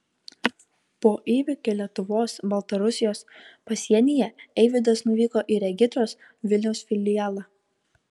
po įvykio lietuvos baltarusijos pasienyje eivydas nuvyko į regitros vilniaus filialą